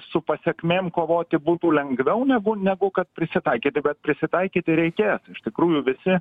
su pasekmėm kovoti būtų lengviau negu negu kad prisitaikyti bet prisitaikyti reikėjo iš tikrųjų visi